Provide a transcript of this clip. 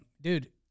dude